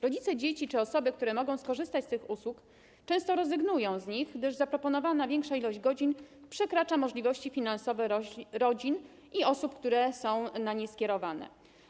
Rodzice dzieci czy osoby, które mogą skorzystać z tych usług, często rezygnują z nich, gdyż zaproponowana większa liczba godzin przekracza możliwości finansowe rodzin i osób, które są na nie skierowane.